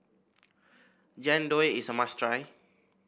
Jian Dui is a must try